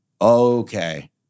okay